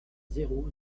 zéro